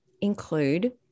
include